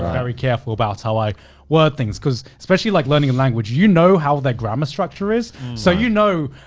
very careful about how i word things. cause especially like learning a language, you know how their grammar structure is. so, you know,